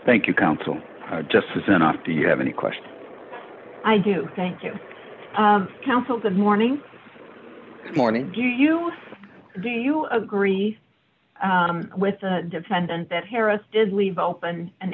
thank you counsel justice enough do you have any questions i do thank you counsel that morning morning do you do you agree with the defendant that harris did leave open an